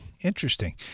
Interesting